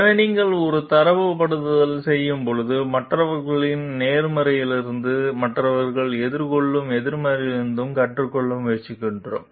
எனவே நீங்கள் ஒரு தரப்படுத்தல் செய்யும்போது மற்றவர்களின் நேர்மறைகளிலிருந்தும் மற்றவர்கள் எதிர்கொள்ளும் எதிர்மறைகளிலிருந்தும் கற்றுக்கொள்ள முயற்சிக்கிறோம்